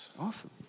Awesome